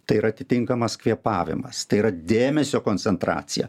tai yra atitinkamas kvėpavimas tai yra dėmesio koncentracija